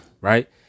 Right